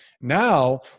Now